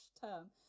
term